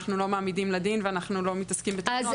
אנחנו לא מעמידים לדין ואנחנו לא מתעסקים בתלונות,